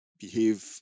behave